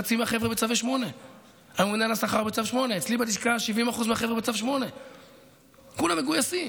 חצי מהחבר'ה בצווי 8. הממונה על השכר בצו 8. אצלי בלשכה 70% מהחבר'ה בצו 8. כולם מגויסים.